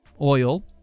oil